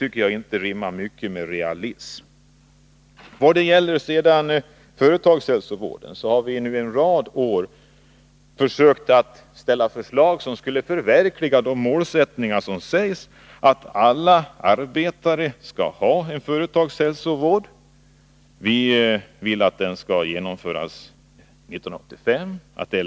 Det rimmar inte särskilt väl med realism. Vad sedan gäller företagshälsovården så har vi under en rad år försökt att framställa förslag som syftar till att förverkliga de målsättningar som nämns, nämligen att alla arbetare skall ha tillgång till företagshälsovård. Vi vill att det skall genomföras 1985.